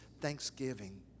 thanksgiving